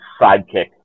sidekick